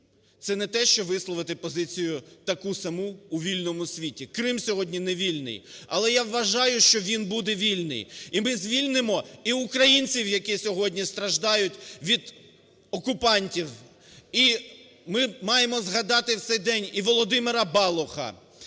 це не те, що висловити позицію таку саму у вільному світі. Крим сьогодні не вільний, але я вважаю, що він буде вільний. І ми звільнимо і українців, які сьогодні страждають від окупантів. І ми маємо згадати в цей день і Володимира Балуха,